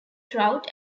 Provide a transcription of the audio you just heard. trout